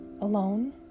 alone